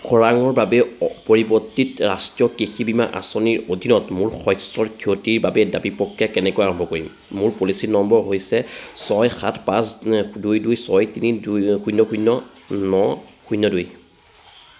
খৰাংৰ বাবে পৰিৱৰ্তিত ৰাষ্ট্ৰীয় কৃষি বীমা আঁচনিৰ অধীনত মোৰ শস্যৰ ক্ষতিৰ বাবে দাবী প্ৰক্ৰিয়া কেনেকৈ আৰম্ভ কৰিম মোৰ পলিচি নম্বৰ হৈছে নে ছয় সাত পাঁচ দুই দুই ছয় তিনি শূন্য শূন্য ন শূন্য দুই